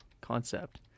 concept